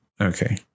Okay